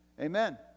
Amen